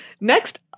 next